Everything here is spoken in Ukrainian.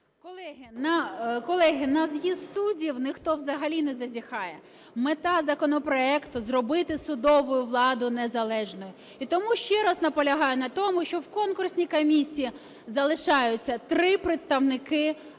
Колеги, на з'їзд суддів ніхто взагалі не зазіхає. Мета законопроекту – зробити судову владу незалежною. І тому ще раз наполягаю на тому, що в конкурсній комісії залишаються 3 представники